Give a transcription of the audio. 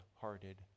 hearted